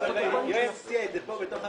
אבל יואל הציע את זה כאן בוועדה.